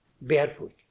barefoot